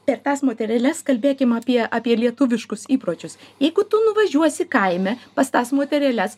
per tas moterėles kalbėkim apie apie lietuviškus įpročius jeigu tu nuvažiuosi kaime pas tas moterėles